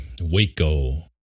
Waco